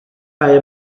cau